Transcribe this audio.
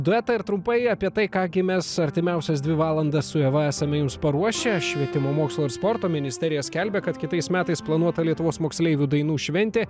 duetą ir trumpai apie tai ką gi mes artimiausias dvi valandas su eva esame jums paruošę švietimo mokslo ir sporto ministerija skelbia kad kitais metais planuota lietuvos moksleivių dainų šventė